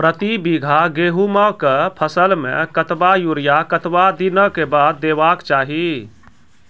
प्रति बीघा गेहूँमक फसल मे कतबा यूरिया कतवा दिनऽक बाद देवाक चाही?